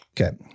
Okay